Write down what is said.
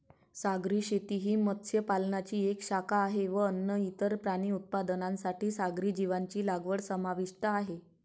सागरी शेती ही मत्स्य पालनाची एक शाखा आहे व अन्न, इतर प्राणी उत्पादनांसाठी सागरी जीवांची लागवड समाविष्ट आहे